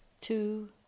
two